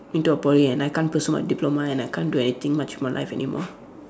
into a Poly and I can't pursue my diploma and I can't do anything much with my life anymore